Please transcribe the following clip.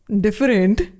different